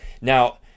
Now